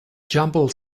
jumble